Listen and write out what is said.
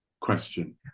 question